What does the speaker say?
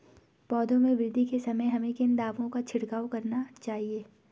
पौधों में वृद्धि के समय हमें किन दावों का छिड़काव करना चाहिए?